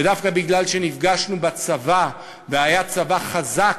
דווקא מפני שנפגשנו בצבא, והיה צבא חזק,